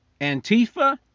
Antifa